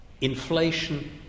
Inflation